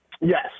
Yes